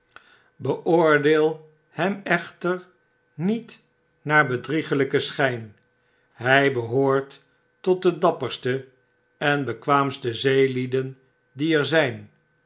hem echter niet naar bedriegelyken schijn hij behoort tot de dapperste en bekwaamste zeelieden die er zijn